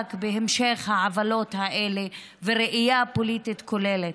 למאבק בהמשך העוולות האלה וראייה פוליטית כוללת.